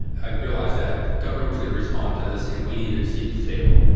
i realized that government was going to respond to this and we needed a seat at the table.